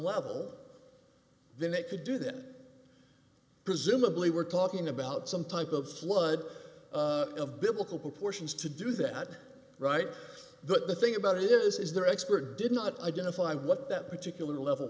level then they could do that presumably we're talking about some type of flood of biblical proportions to do that right but the thing about it is their expert did not identify what that particular level